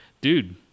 dude